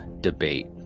debate